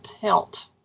pelt